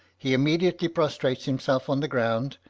he immediately prostrates himself on the ground,